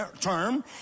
term